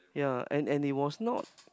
yea and and it was not